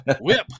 whip